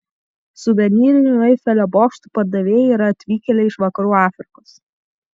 suvenyrinių eifelio bokštų pardavėjai yra atvykėliai iš vakarų afrikos